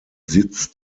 sitz